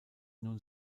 nun